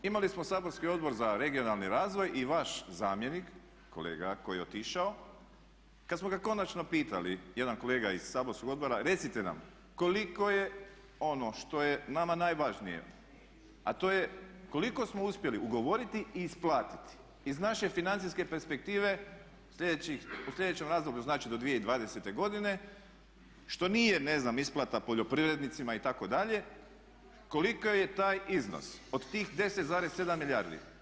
Imali smo saborski Odbor za regionalni razvoj i vaš zamjenik, kolega koji je otišao, kad smo ga konačno pitali, jedan kolega iz saborskog odbora recite nam koliko je ono što je nama najvažnije a to je koliko smo uspjeli ugovoriti i isplatiti iz naše financijske perspektive u sljedećem razdoblju znači do 2020. godine, što nije ne znam isplata poljoprivrednicima itd., koliki je taj iznos od tih 10,7 milijardi?